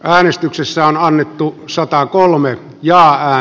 äänestyksessä annettuun saattaa kolmen ja